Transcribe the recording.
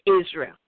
Israel